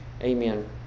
Amen